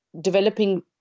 developing